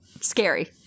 Scary